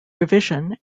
revision